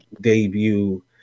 debut